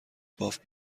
باف